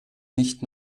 nicht